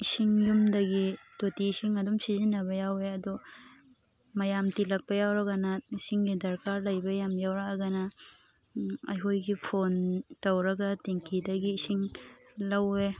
ꯏꯁꯤꯡ ꯌꯨꯝꯗꯒꯤ ꯇꯣꯇꯤ ꯏꯁꯤꯡ ꯑꯗꯨꯝ ꯁꯤꯖꯤꯟꯅꯕ ꯌꯥꯎꯋꯦ ꯑꯗꯣ ꯃꯌꯥꯝ ꯇꯤꯜꯂꯛꯄ ꯌꯥꯎꯔꯒꯅ ꯏꯁꯤꯡꯒꯤ ꯗꯔꯀꯥꯔ ꯂꯩꯕ ꯌꯥꯝ ꯌꯥꯎꯔꯛꯑꯒꯅ ꯑꯩꯈꯣꯏꯒꯤ ꯐꯣꯟ ꯇꯧꯔꯒ ꯇꯦꯡꯀꯤꯗꯒꯤ ꯏꯁꯤꯡ ꯂꯧꯋꯦ